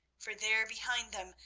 for there behind them,